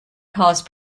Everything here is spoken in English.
cause